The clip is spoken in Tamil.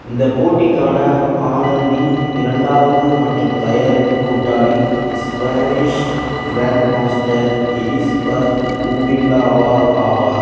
இந்தப் போட்டிக்கான ஆனந்தின் இரண்டாவது மற்றும் தயாரிப்பு கூட்டாளி Spanish grand master Elizbar Ubilava ஆவார்